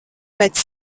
pēc